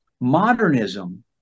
modernism